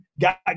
got